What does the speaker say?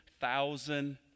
thousand